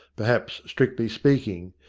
perhaps, strictly speaking.